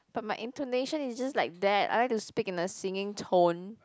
but my intonation is just like that I like to speak in a singing tone